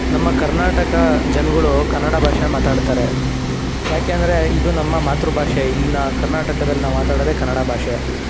ನಮ್ಮ ಕರ್ನಾಟಕ ಜನಗಳು ಕನ್ನಡ ಭಾಷೆ ಮಾತಾಡ್ತಾರೆ ಯಾಕೆಂದರೆ ಇದು ನಮ್ಮ ಮಾತೃ ಭಾಷೆ ಇಲ್ಲಿನ ಕರ್ನಾಟಕದಲ್ಲಿ ನಾವು ಮಾತಾಡೋದೆ ಕನ್ನಡ ಭಾಷೆ